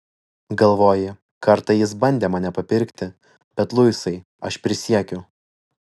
galvoji kartą jis bandė mane papirkti bet luisai aš prisiekiu